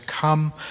come